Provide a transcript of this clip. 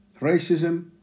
racism